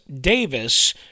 Davis